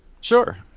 Sure